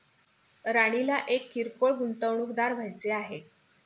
राणीला एक किरकोळ गुंतवणूकदार व्हायचे आहे